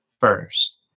first